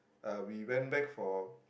uh we went back for